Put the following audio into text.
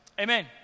amen